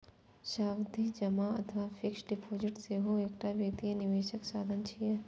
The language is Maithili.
सावधि जमा अथवा फिक्स्ड डिपोजिट सेहो एकटा वित्तीय निवेशक साधन छियै